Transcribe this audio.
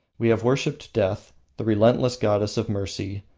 we have worshipped death, the relentless goddess of mercy,